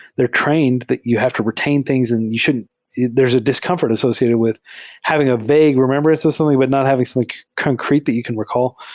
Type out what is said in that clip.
they're trained that you have to reta in things and you shouldn't there's a discomfort associated with having a vague remembrance of something, but not having like concrete that you can recall.